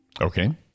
Okay